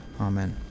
Amen